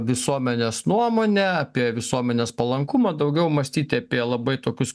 visuomenės nuomonę apie visuomenės palankumą daugiau mąstyti apie labai tokius